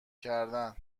کردن